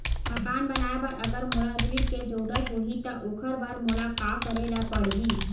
मकान बनाये बर अगर मोला ऋण के जरूरत होही त ओखर बर मोला का करे ल पड़हि?